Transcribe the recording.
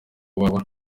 babo